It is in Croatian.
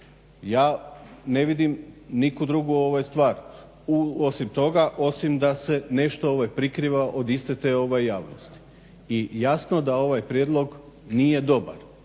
Ja ne vidim nikakvu drugu stvar osim da se nešto prikriva od iste te javnosti. I jasno da ovaj prijedlog nije dobar